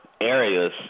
areas